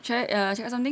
try ah cakap something